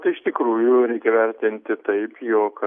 tai iš tikrųjų reikia vertinti taip jog